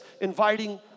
inviting